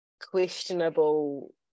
questionable